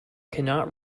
cannot